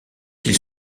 qu’il